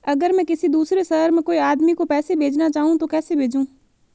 अगर मैं किसी दूसरे शहर में कोई आदमी को पैसे भेजना चाहूँ तो कैसे भेजूँ?